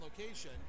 location